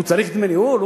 הוא צריך דמי ניהול?